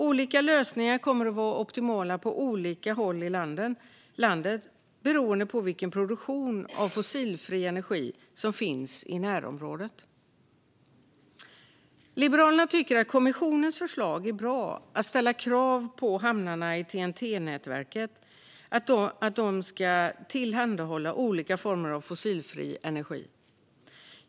Olika lösningar kommer att vara optimala på olika håll i landet beroende på vilken produktion av fossilfri energi som finns i närområdet. Liberalerna tycker att kommissionens förslag att ställa krav på att hamnarna i TEN-T-nätverket ska tillhandahålla olika former av fossilfri energi är bra.